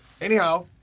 Anyhow